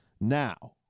Now